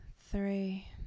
three